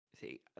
See